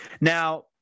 Now